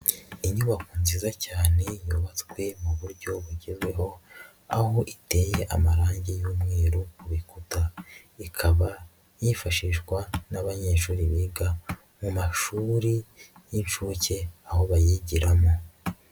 Inyubako nziza cyane yubatswe mu buryo bugezweho, aho iteye amarangi y'umweru ku bikuta, ikaba yifashishwa n'abanyeshuri biga mu mashuri y'incuke aho bayigiramo.